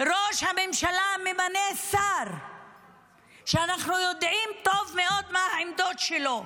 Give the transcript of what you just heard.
ראש הממשלה ממנה שר שאנחנו יודעים טוב מאוד מה העמדות שלו,